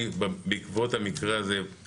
בעקבות המקרה הזה אני